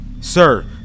Sir